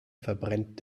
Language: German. verbrennt